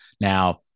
Now